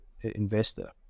investor